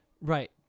Right